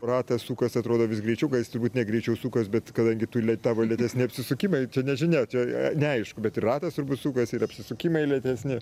ratas sukas atrodo vis greičiau kad jis turbūt ne greičiau sukas bet kadangi tu lėta lėtesni apsisukimai nežinia čia neaišku bet ir ratas turbūt sukasi ir apsisukimai lėtesni